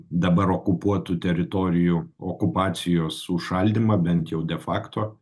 dabar okupuotų teritorijų okupacijos užšaldymą bent jau de fakto